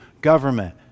government